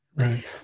Right